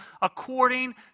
according